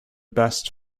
best